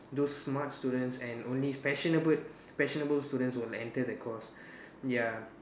those smart students and only passionable passionable students will enter the course ya